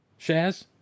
Shaz